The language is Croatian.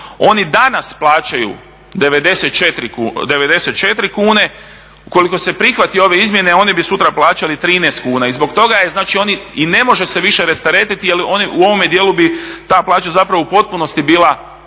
oni danas plaćaju 94 kune. Ukoliko se prihvate ove izmjeni oni bi sutra plaćali 13 kuna i zbog toga i ne može se više rasteretiti jer u ovome dijelu bi ta plaća u potpunosti bila